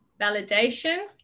validation